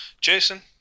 Jason